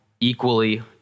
equally